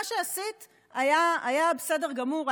מה שעשית היה בסדר גמור,